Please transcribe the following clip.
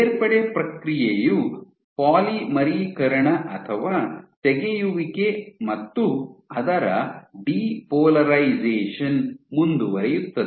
ಸೇರ್ಪಡೆ ಪ್ರಕ್ರಿಯೆಯು ಪಾಲಿಮರೀಕರಣ ಅಥವಾ ತೆಗೆಯುವಿಕೆ ಮತ್ತು ಅದರ ಡಿಪೋಲರೈಸೇಶನ್ ಮುಂದುವರಿಯುತ್ತದೆ